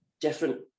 different